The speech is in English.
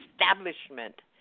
establishment